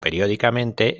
periódicamente